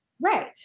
Right